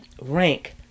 rank